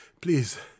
please